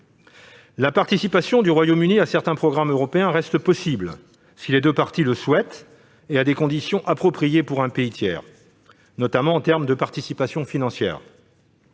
La participation du Royaume-Uni à certains programmes européens reste possible si les deux parties le souhaitent et à des conditions appropriées pour un pays tiers, notamment en termes de participation financière.